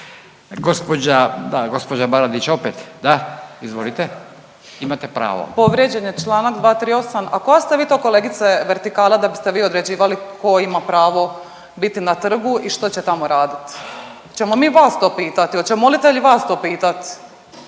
gospođa Baradić opet, da izvolite imate pravo. **Baradić, Nikolina (HDZ)** Povrijeđen je Članak 238., a koja ste to vi kolegice vertikala da biste vi određivali tko ima pravo biti na trgu i što će tamo raditi? Hoćemo mi vas to pitati? Hoće molitelji vas to pitat?